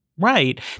Right